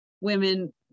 women